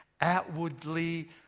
Outwardly